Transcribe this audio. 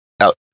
out